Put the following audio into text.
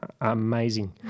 amazing